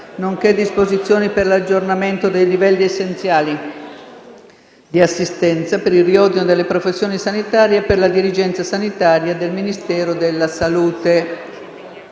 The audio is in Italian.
nonché disposizioni per l'aggiornamento dei livelli essenziali di assistenza, per il riordino delle professioni sanitarie e per la dirigenza sanitaria del Ministero della salute***